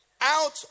out